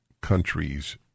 countries